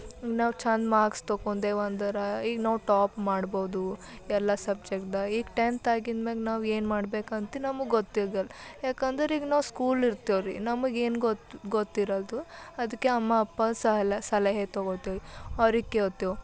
ನಾವು ಛಂದ್ ಮಾರ್ಕ್ಸ್ ತೊಕೊಂದೇವು ಅಂದರೆ ಈಗ ನಾವು ಟಾಪ್ ಮಾಡ್ಬೋದು ಎಲ್ಲ ಸಬ್ಜೆಕ್ಟ್ದಾಗ ಈಗ ಟೆಂತ್ ಆಗಿದ್ಮ್ಯಾಗ ನಾವು ಏನು ಮಾಡ್ಬೇಕಂತ ನಮಗೆ ಗೊತ್ತಿಗ್ಯಲ್ಲ ಯಾಕಂದ್ರೆ ಈಗ ನಾವು ಸ್ಕೂಲ್ ಇರ್ತೇವ್ರೀ ನಮಗೆ ಏನು ಗೊತ್ತು ಗೊತ್ತಿರಲ್ದು ಅದ್ಕೆ ಅಮ್ಮ ಅಪ್ಪ ಸಲ ಸಲಹೆ ತೊಗೋತೆವು ಅವ್ರಿಗೆ ಕೇಳ್ತೇವು